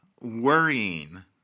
worrying